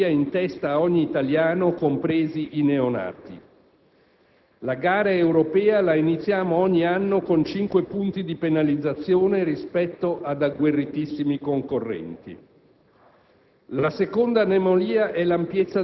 1.200 euro all'anno, in media, in testa ad ogni italiano, compresi i neonati. La gara europea la iniziamo ogni anno con 5 punti di penalizzazione rispetto ad agguerritissimi concorrenti.